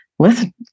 Listen